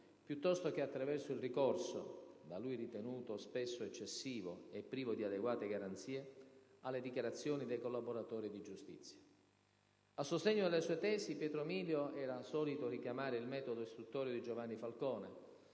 piuttosto che attraverso il ricorso - da lui ritenuto spesso eccessivo e privo di adeguate garanzie - alle dichiarazioni dei collaboratori di giustizia. A sostegno delle sue tesi Pietro Milio era solito richiamare il metodo istruttorio di Giovanni Falcone,